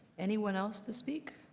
anyone else to speak?